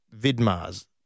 Vidmars